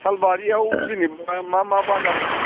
सालबारियाव जेनेबा मा मा बाजार दङ